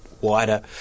wider